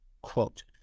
quote